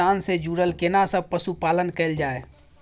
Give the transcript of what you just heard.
किसान से जुरल केना सब पशुपालन कैल जाय?